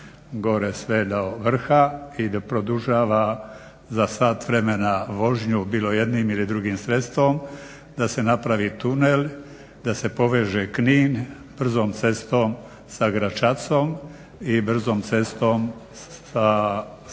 da se napravi tunel, da se poveže Knin brzom cestom sa Gračacom i brzom cestom sa Splitom,